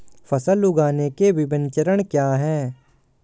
फसल उगाने के विभिन्न चरण क्या हैं?